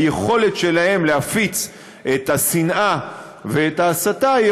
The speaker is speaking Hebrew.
היכולת שלהם להפיץ את השנאה ואת ההסתה היא